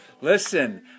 Listen